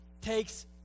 takes